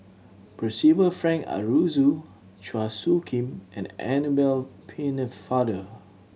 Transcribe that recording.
Percival Frank Aroozoo Chua Soo Khim and Annabel Pennefather